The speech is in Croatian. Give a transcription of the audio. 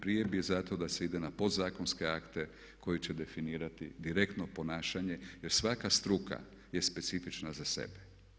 Prije bih zato da se ide na pod zakonske akte koji će definirati direktno ponašanje jer svaka struka je specifična za sebe.